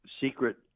secret